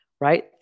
right